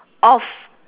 off